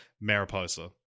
Mariposa